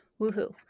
woohoo